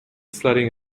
flooding